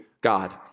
God